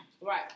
Right